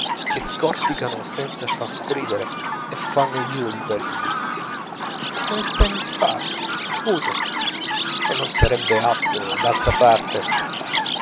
che scorticano senza far stridere e fanno il giro di parigi se ne sta in disparte muto e non sarebbe atto d'altra parte